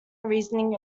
reasoning